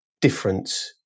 difference